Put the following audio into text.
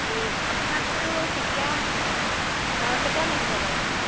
আপোনাক বাৰু কেতিয়া কেতিয়া লাগিব বাৰু আপোনাক